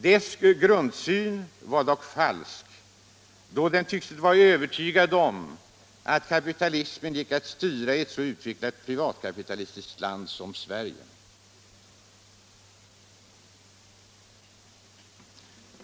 Dess grundsyn var dock falsk, då man tycktes vara övertygad om att kapitalismen gick att styra i ett så utvecklat privatkapitalistiskt land som Sverige.